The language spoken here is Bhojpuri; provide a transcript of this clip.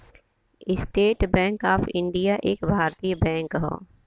स्टेट बैंक ऑफ इण्डिया एक भारतीय बैंक हौ